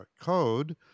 code